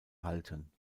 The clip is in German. halten